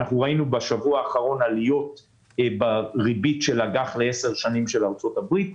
ראינו בשבוע האחרון עליות בריבית של אג"ח לעשר שנים של ארצות הברית.